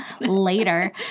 Later